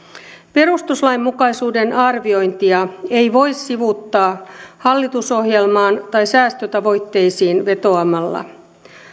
perustuslainmukaisuuden arviointia ei voi sivuuttaa hallitusohjelmaan tai säästötavoitteisiin vetoamalla